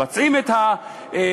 מבצעים את ההפקעה,